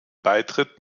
beitritt